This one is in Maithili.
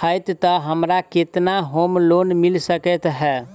हएत तऽ हमरा केतना होम लोन मिल सकै है?